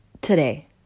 today